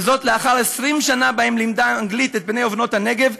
וזאת לאחר 20 שנה שבהן לימדה אנגלית את בני ובנות הנגב.